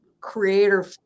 creator